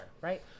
right